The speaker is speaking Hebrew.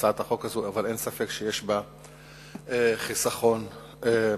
אבל אין ספק שיש בה חיסכון מעשי.